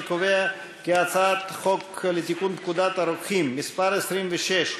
אני קובע כי הצעת חוק לתיקון פקודת הרוקחים (מס' 26),